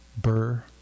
Burr